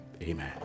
amen